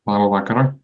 laba vakarą